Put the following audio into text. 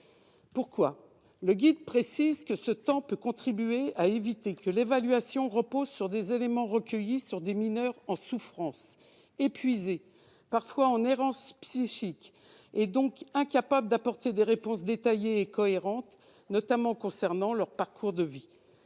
d'évaluation de sa situation. Ce temps peut contribuer à éviter que l'évaluation repose sur des éléments recueillis sur des mineurs en souffrance, épuisés, parfois en errance psychique, et donc incapables d'apporter des réponses détaillées et cohérentes, notamment concernant leur parcours de vie.